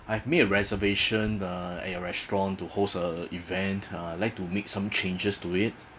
I've made a reservation uh at your restaurant to host a event uh like to make some changes to it